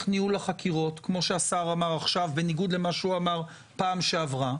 ניהול החקירות כמו שהשר אמר עכשיו בניגוד למה שאמר פעם שעברה.